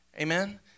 amen